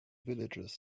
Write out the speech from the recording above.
villagers